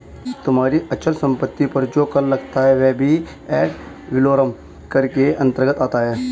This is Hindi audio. तुम्हारी अचल संपत्ति पर जो कर लगता है वह भी एड वलोरम कर के अंतर्गत आता है